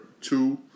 Two